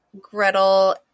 Gretel